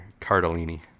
Cardellini